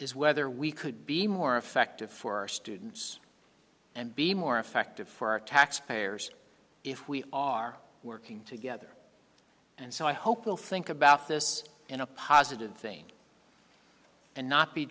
is whether we could be more effective for our students and be more effective for our taxpayers if we are working together and so i hope we'll think about this in a positive thing and not be